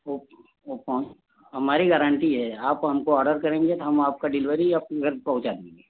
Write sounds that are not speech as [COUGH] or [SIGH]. okay [UNINTELLIGIBLE] हमारी guarantee है आप हमको ऑर्डर करेंगे तो हम आपकी डिलवरी आपके घर पहुँचा देंगे